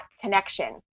connection